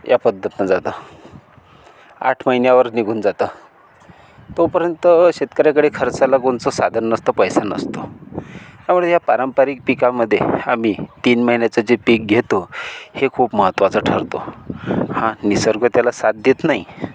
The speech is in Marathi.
या पद्धत न जाता आठ महिन्यावर निघून जातं तोपर्यंत शेतकऱ्याकडे खर्चाला कोणसं साधन नसतं पैसा नसतो अवळ्या पारंपरिक पिकांमध्ये आम्ही तीन महिनेच जे पिक घेतो हे खूप महत्त्वाचं ठरतो हा निसर्ग त्याला साथ देत नाही